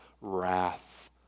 wrath